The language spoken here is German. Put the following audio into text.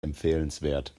empfehlenswert